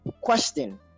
Question